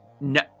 No